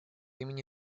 имени